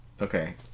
Okay